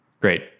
Great